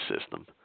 system